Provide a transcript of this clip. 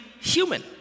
human